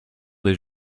des